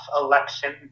election